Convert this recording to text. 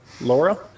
Laura